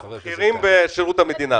אז נאמר: "בכירים בשירות המדינה".